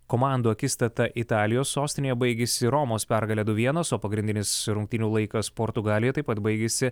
komandų akistata italijos sostinėje baigėsi romos pergale du vienas o pagrindinis rungtynių laikas portugalija taip pat baigėsi